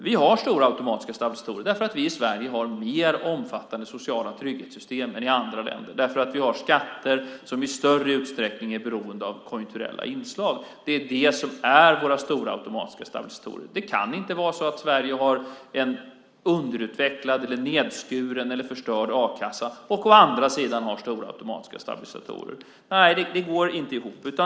Vi har stora automatiska stabilisatorer därför att vi i Sverige har mer omfattande sociala trygghetssystem än man har i andra länder och därför att vi har skatter som i större utsträckning är beroende av konjunkturella inslag. Det är det som är våra stora automatiska stabilisatorer. Det kan inte vara så att Sverige å ena sidan har en underutvecklad, nedskuren eller förstörd a-kassa och å andra sidan har stora automatiska stabilisatorer. Nej, det går inte ihop.